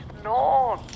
No